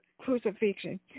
crucifixion